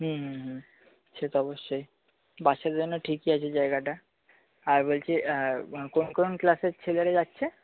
হুম হুম সে তো অবশ্যই বাচ্চাদের জন্য ঠিকই আছে জায়গাটা আর বলছি আর কোন কোন ক্লাসের ছেলেরা যাচ্ছে